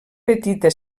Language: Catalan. petita